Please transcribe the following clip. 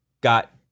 got